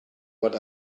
what